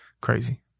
crazy